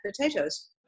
potatoes